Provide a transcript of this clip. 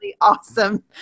awesome